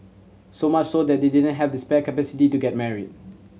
so much so that they didn't have the spare capacity to get married